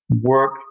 work